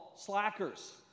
slackers